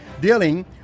dealing